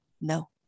no